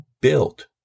built